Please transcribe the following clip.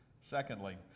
Secondly